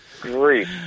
Great